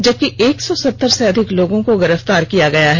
जबकि एक सौ सत्तर से अधिक लोगों को गिरफ्तार किया गया है